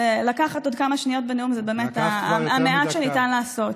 לקחת עוד כמה שניות בנאום זה באמת המעט שניתן לעשות.